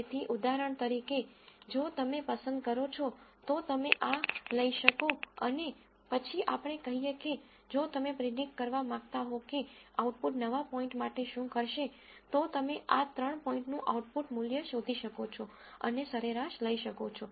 તેથી ઉદાહરણ તરીકે જો તમે પસંદ કરો છો તો તમે આ લઈ શકો અને પછી આપણે કહીએ કે જો તમે પ્રીડીકટ કરવા માંગતા હો કે આઉટપુટ નવા પોઈન્ટ માટે શું હશે તો તમે આ ત્રણ પોઈન્ટઓનું આઉટપુટ મૂલ્ય શોધી શકો છો અને સરેરાશ લઈ શકો છો